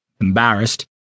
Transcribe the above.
Embarrassed